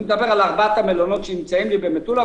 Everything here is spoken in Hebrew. אני מדבר על ארבעת המלונות שנמצאים במטולה,